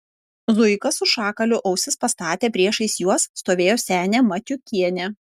zuika su šakaliu ausis pastatė priešais juos stovėjo senė matiukienė